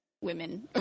women